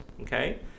okay